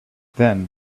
then